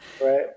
Right